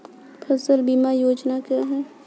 फसल बीमा योजना क्या है?